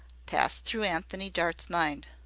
passed through antony dart's mind.